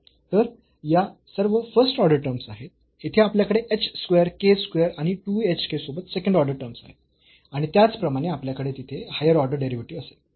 तर या सर्व फर्स्ट ऑर्डर टर्म्स आहेत येथे आपल्याकडे h स्क्वेअर k स्क्वेअर आणि 2 hk सोबत सेकंड ऑर्डर टर्म्स आहेत आणि त्याचप्रमाणे आपल्याकडे तिथे हायर ऑर्डर डेरिव्हेटिव्ह असेल